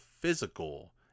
physical